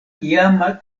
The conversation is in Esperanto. iama